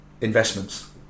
investments